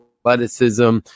Athleticism